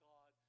God